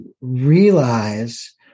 realize